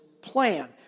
plan